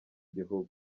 gihugu